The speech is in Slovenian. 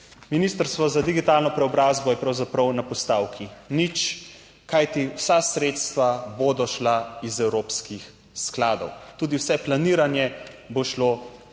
Ministrstvo za digitalno preobrazbo je pravzaprav na postavki nič, kajti vsa sredstva bodo šla iz evropskih skladov, tudi vse planiranje bo šlo